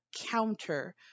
counter